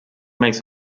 makes